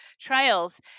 trials